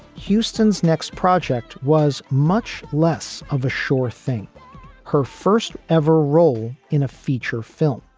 houston's next project was much less of a sure thing her first ever role in a feature film,